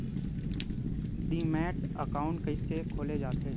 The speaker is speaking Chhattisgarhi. डीमैट अकाउंट कइसे खोले जाथे?